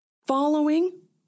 following